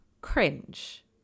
cringe